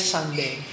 Sunday